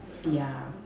yeah